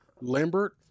Lambert